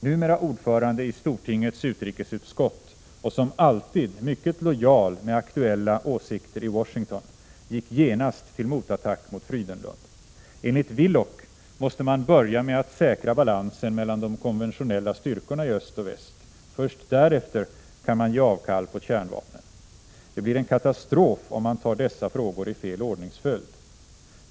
numera ordförande i Stortingets utrikesutskott och som alltid mycket lojal med aktuella åsikter i Washington, gick genast till motattack mot Frydenlund. Enligt Willoch måste man börja med att säkra balansen mellan de konventionella styrkorna i öst och väst. Först därefter kan man ge avkall på kärnvapnen. Det blir en katastrof om man tar dessa frågor i fel ordningsföljd.